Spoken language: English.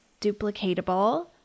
duplicatable